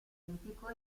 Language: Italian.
olimpico